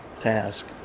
task